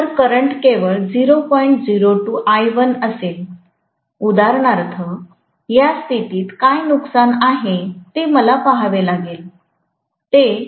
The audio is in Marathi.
02 I1 असेल उदाहरणार्थ आणि या स्थितीत काय नुकसान आहे ते मला पहावे लागेल ते 0